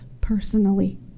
personally